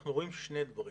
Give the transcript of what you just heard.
אנחנו רואים שני דברים.